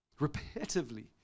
Repetitively